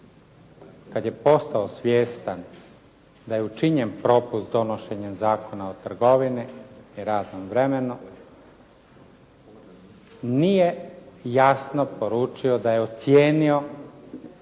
kad je postao svjestan da je učinjen propust donošenjem Zakona o trgovini i radnom vremenu nije jasno poručio da je ocijenio